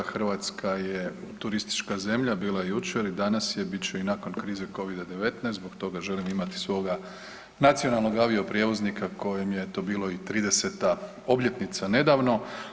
Hrvatska je turistička zemlja bila je jučer i danas je, bit će i nakon krize covida-19 zbog toga želimo imati svoga nacionalnog avioprijevoznika kojem je to bila i 30. obljetnica nedavno.